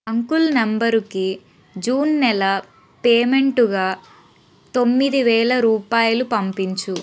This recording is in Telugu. అంకుల్ నంబరుకి జూన్ నెల పేమెంటుగా తొమ్మిదివేల రూపాయలు పంపించు